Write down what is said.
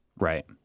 Right